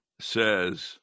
says